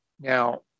Now